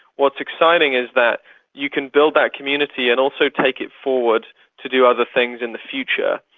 what's exciting is that you can build that community and also take it forward to do other things in the future.